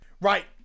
right